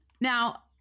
Now